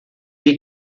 die